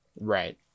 Right